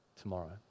tomorrow